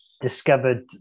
discovered